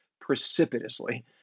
precipitously